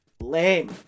Lame